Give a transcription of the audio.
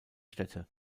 städte